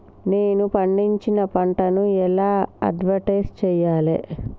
నేను పండించిన పంటను ఎలా అడ్వటైస్ చెయ్యాలే?